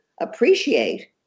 appreciate